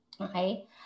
Okay